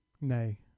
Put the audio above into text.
Nay